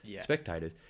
spectators